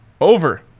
Over